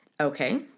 Okay